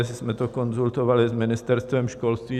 My jsme to konzultovali s Ministerstvem školství.